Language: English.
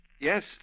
Yes